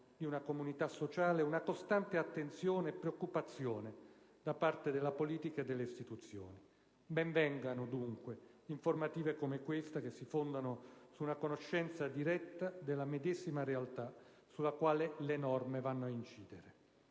di una comunità sociale, una costante attenzione e preoccupazione da parte della politica e delle istituzioni. Ben vengano, dunque, informative come questa che si fondano su una conoscenza diretta della medesima realtà sulla quale le norme vanno ad incidere.